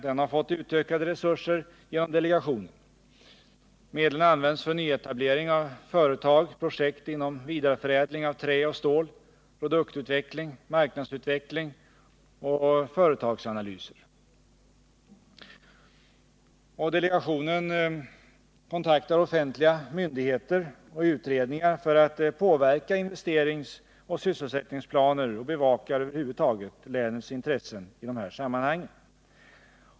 Den har genom Värmlandsdelegationen fått utökade resurser. Medlen har använts för nyetablering av företag och projekt för vidareförädling av trä och stål, produktutveckling, marknadsutveckling och företagsanalys. Delegationen kontaktar offentliga myndigheter och utredningar för att påverka investeringsoch sysselsättningsplaner och över huvud taget bevaka länets intressen i de här sammanhangen.